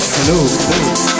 Hello